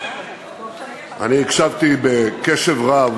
אני הקשבתי בקשב רב